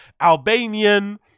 Albanian